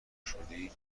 شدی